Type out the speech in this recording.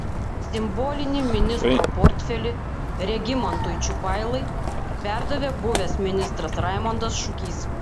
simbolinį ministro portfelį regimantui čiupailai perdavė buvęs ministras raimondas šukys